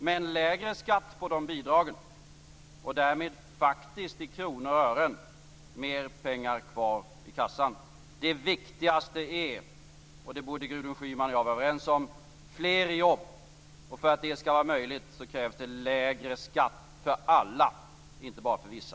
Men lägre skatt på bidragen ger därmed i kronor och ören mer pengar kvar i kassan. Det viktigaste - och det borde Gudrun Schyman och jag vara överens om - är fler jobb. För att det skall vara möjligt krävs lägre skatt för alla, inte bara för vissa.